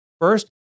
first